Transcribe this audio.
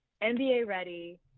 NBA-ready